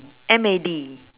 M A D